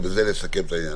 ובזה לסכם את העניין.